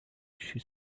she